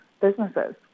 businesses